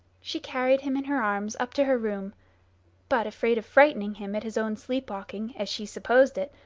she carried him in her arms up to her room but, afraid of frightening him at his own sleep-walking, as she supposed it,